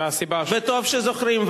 וטוב שזוכרים.